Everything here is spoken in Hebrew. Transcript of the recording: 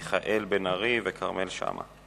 מיכאל בן-ארי וכרמל שאמה,